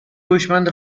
هوشمند